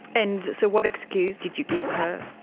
and so what excuse did you give her?